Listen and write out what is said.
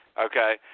okay